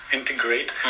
integrate